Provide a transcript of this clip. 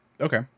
Okay